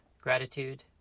gratitude